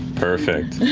perfect.